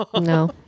No